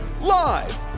Live